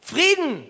Frieden